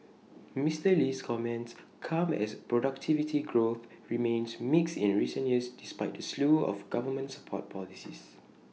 Mister Lee's comments come as productivity growth remains mixed in recent years despite the slew of government support policies